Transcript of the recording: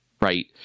right